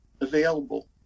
available